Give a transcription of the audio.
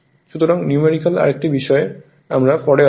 সুতরাং নিউমেরিকাল আরেকটি বিষয়ে আমরা পরে আসব